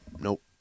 nope